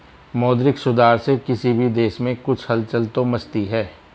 मौद्रिक सुधार से किसी भी देश में कुछ हलचल तो मचती है